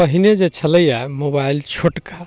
पहिने जे छलैए मोबाइल छोटका